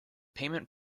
payment